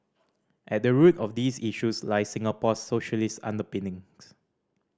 at the root of these issues lie Singapore's socialist underpinnings